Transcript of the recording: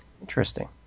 interesting